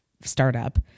startup